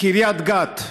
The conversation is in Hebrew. קריית גת,